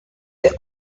the